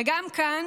וגם כאן